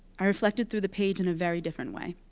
i reflected through the page in a very different way.